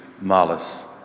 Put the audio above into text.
malice